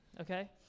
okay